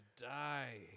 die